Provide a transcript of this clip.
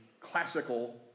classical